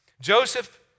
Joseph